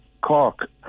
Cork